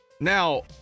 Now